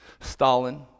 Stalin